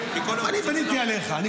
מכל האופוזיציה דווקא אותי אתה שואל?